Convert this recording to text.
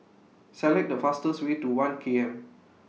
Select The fastest Way to one K M